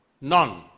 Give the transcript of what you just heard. None